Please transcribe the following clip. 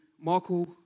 Michael